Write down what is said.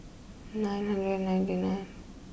nine hundred ninety nine